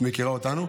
את מכירה אותנו.